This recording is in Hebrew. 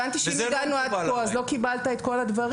הבנתי שאם הגענו עד כה, אז לא קיבלת את כל הדברים.